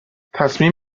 تصمیم